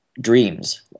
dreams